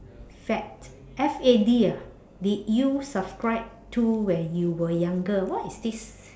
fad F A D ah did you subscribe to when you were younger what is this